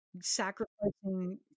sacrificing